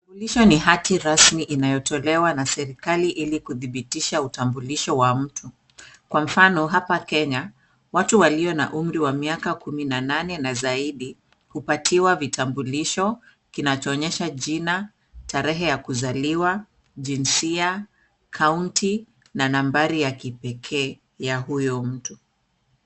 Utambulisho ni hati rasmi inayotolewa na serikali ili kudhibitisha utambulisho wa mtu. Kwa mfano, hapa Kenya, watu walio na umri wa miaka kumi na nane na zaidi hupatiwa vitambulisho kinachoonyesha jina tarehe ya kuzaliwa, jinsia, kaunti na nambari ya kipekee ya huyo mtu.